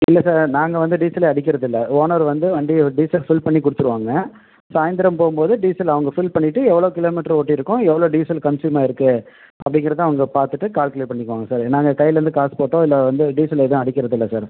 இல்லை சார் நாங்கள் வந்து டீசலே அடிக்கிறது இல்லை ஓனர் வந்து வண்டியில் டீசல் ஃபில் பண்ணி கொடுத்துருவாங்க சாய்ந்திரம் போகும் போது டீசல் அவங்க ஃபில் பண்ணிவிட்டு எவ்வளோ கிலோமீட்டர் ஓட்டியிருக்கோம் எவ்வளோ டீசல் கன்ஸுயூம் ஆயிருக்குது அப்படிங்கிறத தான் அவங்க பார்த்துட்டு கால்குலேட் பண்ணிக்குவாங்க சார் நாங்கள் கையிலேருந்து காசு போட்டோ இல்லை வந்து டீசல் ஏதும் அடிக்கிறது இல்லை சார்